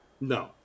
No